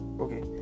Okay